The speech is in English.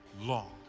long